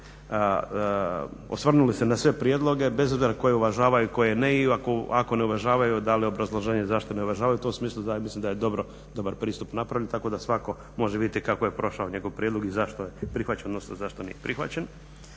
osvrnuli se na sve prijedloge, bez obzira koje uvažavaju, koje ne i ako ne uvažavaju dali obrazloženje zašto ne uvažavaju. U tom smislu mislim da je dobro dobar pristup napravit tako da svatko može vidjeti kako je prošao njegov prijedlog i zašto je prihvaćen, odnosno zašto nije prihvaćen.